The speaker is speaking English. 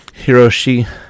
Hiroshi